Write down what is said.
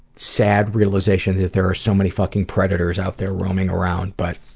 sad realization that there are so many fucking predators out there roaming around, but,